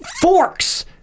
forks